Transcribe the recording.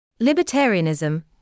Libertarianism